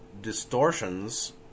distortions